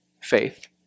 faith